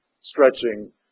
stretching